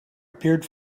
appeared